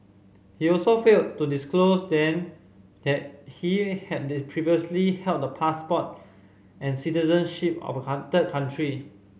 he also failed to disclose then that he had previously held the passport and citizenship of country